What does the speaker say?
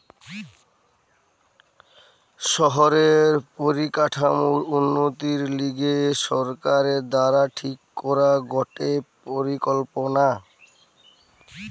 শহরের পরিকাঠামোর উন্নতির লিগে সরকার দ্বারা ঠিক করা গটে পরিকল্পনা